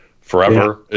forever